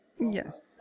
Yes